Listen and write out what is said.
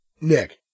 Nick